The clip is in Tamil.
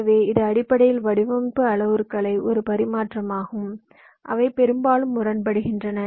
எனவே இது அடிப்படையில் வடிவமைப்பு அளவுருக்களில் ஒரு பரிமாற்றமாகும் அவை பெரும்பாலும் முரண்படுகின்றன